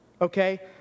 Okay